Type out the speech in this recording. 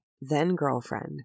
then-girlfriend